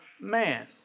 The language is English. man